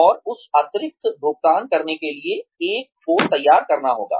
और उस अतिरिक्त भुगतान करने के लिए एक को तैयार करना होगा